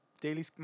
daily